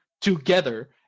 together